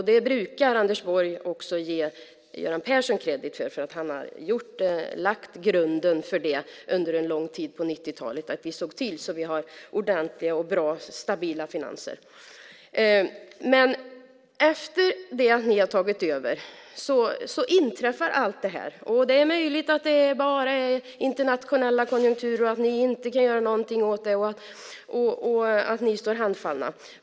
Anders Borg brukar också ge Göran Persson kredit för att han lagt grunden för det under en lång tid på 90-talet. Vi såg till att vi hade ordentliga, bra och stabila finanser. Men efter det att ni tagit över inträffar allt det här. Det är möjligt att det bara är internationella konjunkturer och att ni inte kan göra någonting åt det och att ni står handfallna.